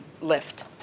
lift